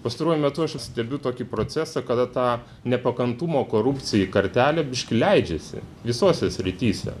pastaruoju metu aš stebiu tokį procesą kada ta nepakantumo korupcijai kartelė biškį leidžiasi visose srityse